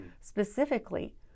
specifically